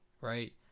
Right